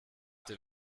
dem